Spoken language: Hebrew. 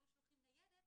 היו שולחים ניידת,